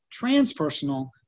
transpersonal